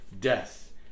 death